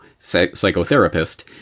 psychotherapist